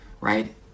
right